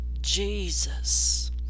Jesus